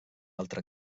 altra